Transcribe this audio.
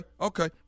okay